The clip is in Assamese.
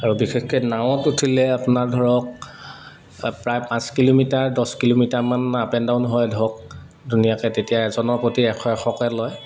আৰু বিশেষকৈ নাৱত উঠিলে আপোনাৰ ধৰক প্ৰায় পাঁচ কিলোমিটাৰ দছ কিলোমিটাৰমান আপ এণ্ড ডাউন হয় ধৰক ধুনীয়াকৈ তেতিয়া এজনৰ প্ৰতি এশ এশকৈ লয়